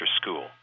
school